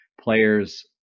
players